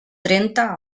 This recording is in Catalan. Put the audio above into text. trenta